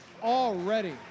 already